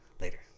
Later